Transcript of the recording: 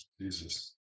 Jesus